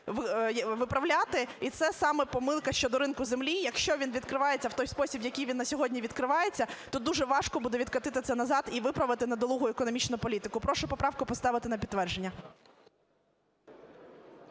виправляти. І це саме помилка щодо ринку землі. Якщо він відкривається у той спосіб, в який він на сьогодні відкривається, то дуже важко буде відкотити це назад і виправити недолугу економічну політику. Прошу поправку поставити на підтвердження.